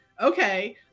okay